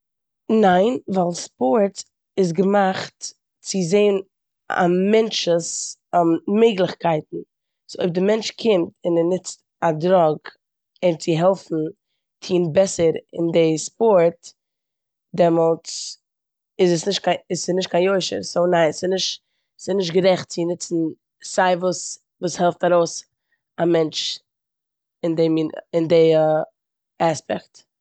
ניין ווייל ספארטס איז געמאכט צו זען א מענטש'ס מעגליכקייטן. סאו אויב די מענטש קומט און ער נוצט א דראג אים צו העלפן טון בעסער אין די ספארט דעמאלטס איז עס נישט קיי- ס'נישט קיין יושר. סאו ניין, ס'נישט- ס'נישט גערעכט צו נוצן סיי וואס וואס העלפט ארויס א מענטש אין די מי- אין די עספעקט.